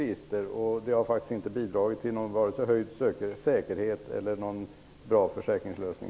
Det har varken bidragit till högre säkerhet eller till någon bra försäkringslösning.